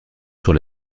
sur